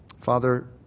Father